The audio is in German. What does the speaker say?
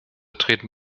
treten